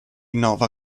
nova